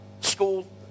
School